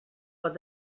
pot